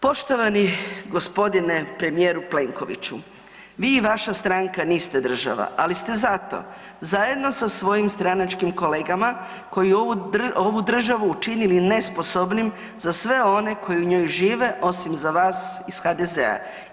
Poštovani g. premijeru Plenkoviću, vi i vaša stranka niste država, ali ste zato zajedno sa svojim stranačkim kolegama koji ovu državu činili nesposobnim za sve one koji u njoj žive osim za vas iz HDZ-a.